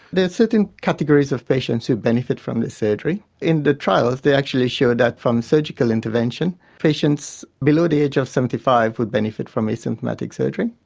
there are certain categories of patients who benefit from the surgery. in the trials they actually showed that from surgical intervention patients below the age of seventy five would benefit from asymptomatic surgery,